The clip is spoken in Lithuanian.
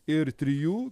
ir trijų